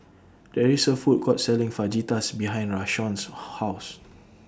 There IS A Food Court Selling Fajitas behind Rashawn's House